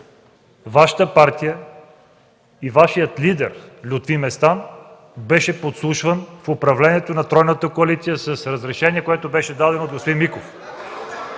Вашата партия и Вашият лидер Лютви Местан беше подслушван в управлението на тройната коалиция с разрешение, което беше дадено от господин Миков.